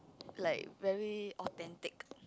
like very authentic